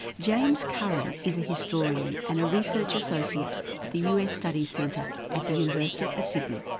james curran is a historian and a research associate at the us studies centre at the university of sydney.